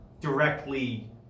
directly